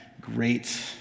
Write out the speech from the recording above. great